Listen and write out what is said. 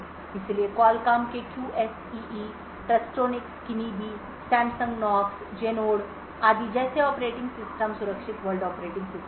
इसलिए क्वालकॉम के QSEE Trustonics Kinibi Samsung Knox Genode आदि जैसे ऑपरेटिंग सिस्टम सुरक्षित वर्ल्ड ऑपरेटिंग सिस्टम हैं